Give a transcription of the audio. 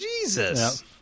Jesus